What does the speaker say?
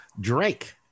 Drake